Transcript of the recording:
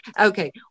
Okay